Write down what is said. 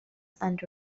and